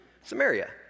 Samaria